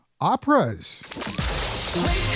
operas